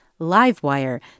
LiveWire